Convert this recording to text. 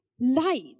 light